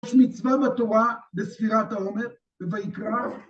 יש מצווה בתורה בספירת העומר, בויקרא.